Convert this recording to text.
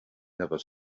never